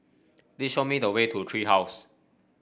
please show me the way to Tree House